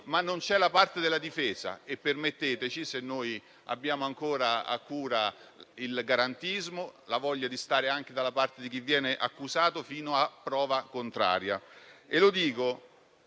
ma non c'è la parte della difesa. Permettetemi di dirlo, se abbiamo ancora a cura il garantismo e la voglia di stare dalla parte di chi viene accusato fino a prova contraria.